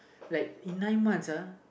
like in nine months uh